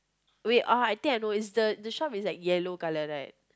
wait oh I think I know it's the the shop is like yellow colour right